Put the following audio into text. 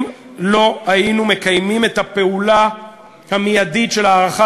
אם לא היינו מקיימים את הפעולה המיידית של הארכה